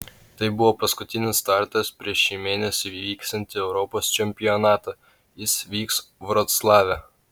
tai buvo paskutinis startas prieš šį mėnesį įvyksiantį europos čempionatą jis vyks vroclave